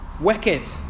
Wicked